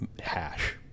hash